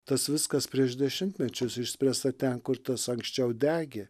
tas viskas prieš dešimtmečius išspręsta ten kur tas anksčiau degė